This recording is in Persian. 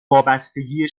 وابستگیه